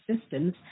systems